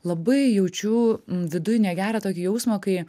labai jaučiu viduj negerą tokį jausmą kai